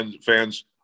fans